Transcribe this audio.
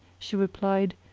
she replied,